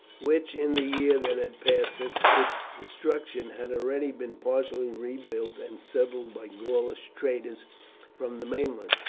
which in the year that had passed since its destruction, had already been partially rebuilt and settled by gaulish traders from the mainland,